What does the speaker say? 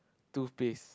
two piece